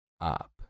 up